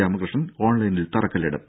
രാമകൃഷ്ണൻ ഓൺലൈനിൽ തറക്കല്ലിടും